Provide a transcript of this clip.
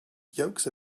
yolks